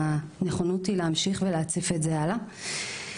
הנכונות היא להמשיך להציף את זה הלאה.